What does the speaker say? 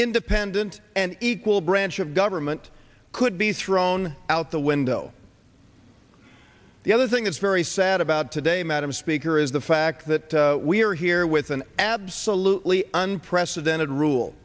independent and equal branch of government could be thrown out the window the other thing that's very sad about today madam speaker is the fact that we are here with an absolutely unprecedented rule